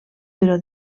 però